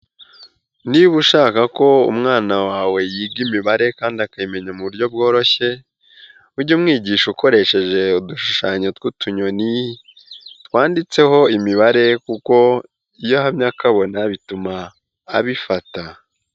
Niba ushaka ko umwana wawe yiga imibare kandi akayimenya mu buryo bworoshye, ujye umwigisha ukoresheje udushushanyo tw'utunyoni twanditseho imibare kuko iyo yamye akabona bituma abifata.